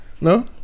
no